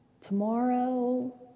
tomorrow